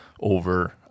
over